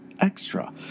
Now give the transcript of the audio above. extra